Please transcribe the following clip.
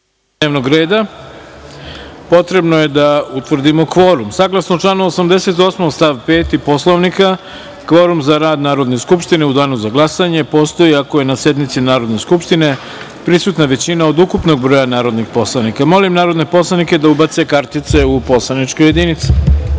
dnevnog reda, potrebno je da utvrdimo kvorum. Saglasno članu 88. stav 5. Poslovnika Narodne skupštine, kvorum za rad Narodne skupštine u Danu za glasanje postoji ako je na sednici Narodne skupštine prisutna većina od ukupnog broja narodnih poslanika. Molim narodne poslanike da ubace kartice u poslaničke